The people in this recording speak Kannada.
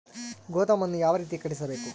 ಗೋದಾಮನ್ನು ಯಾವ ರೇತಿ ಕಟ್ಟಿಸಬೇಕು?